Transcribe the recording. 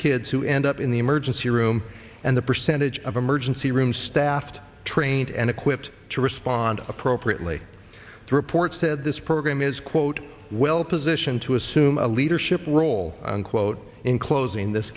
kids who end up in the emergency room and the percentage of emergency rooms staffed trained and equipped to respond appropriately the report said this program is quote well positioned to assume a leadership role unquote in closing this